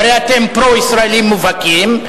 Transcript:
והרי אתם פרו-ישראלים מובהקים,